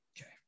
Okay